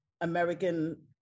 American